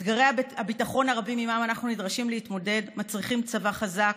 אתגרי הביטחון הרבים שעימם אנחנו נדרשים להתמודד מצריכים צבא חזק,